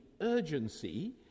urgency